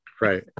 Right